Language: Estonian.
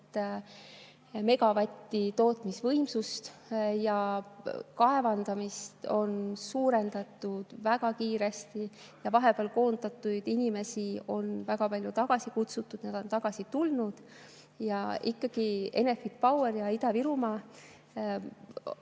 megavatti tootmisvõimsust. Kaevandamist on suurendatud väga kiiresti ja vahepeal koondatud inimesi on väga palju tagasi kutsutud, nad on ka tagasi tulnud. Enefit Powerile ja Ida-Virumaale